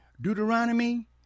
Deuteronomy